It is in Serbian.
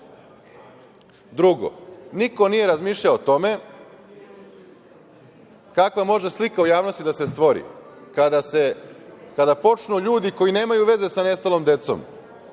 nije. Drugo, niko nije razmišljao o tome kakva može slika u javnosti da se stvori kada počnu ljudi koji nemaju veze sa nestalom decom